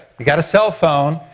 you've got a cell phone,